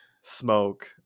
smoke